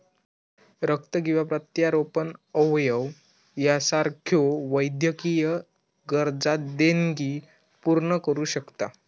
रक्त किंवा प्रत्यारोपण अवयव यासारख्यो वैद्यकीय गरजा देणगी पूर्ण करू शकता